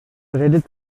redet